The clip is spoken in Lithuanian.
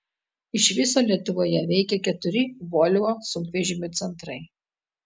iš viso lietuvoje veikia keturi volvo sunkvežimių centrai